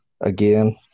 again